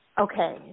Okay